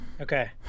Okay